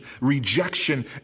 rejection